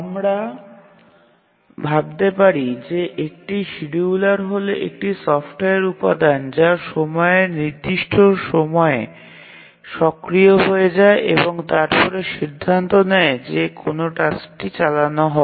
আমরা ভাবতে পারি যে একটি শিডিয়ুলার হল একটি সফ্টওয়্যার উপাদান যা সময়ের নির্দিষ্ট সময়ে সক্রিয় হয়ে যায় এবং তারপরে সিদ্ধান্ত নেয় যে কোন টাস্কটি চালানো হবে